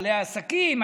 בעלי העסקים,